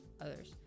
others